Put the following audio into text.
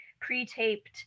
pre-taped